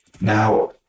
Now